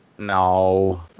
No